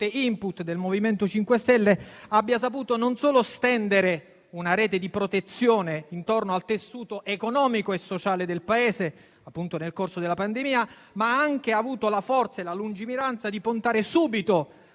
*input* del MoVimento 5 Stelle, non solo ha saputo stendere una rete di protezione intorno al tessuto economico e sociale del Paese nel corso della pandemia, ma ha anche avuto la forza e la lungimiranza di puntare subito